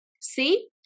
see